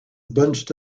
bunched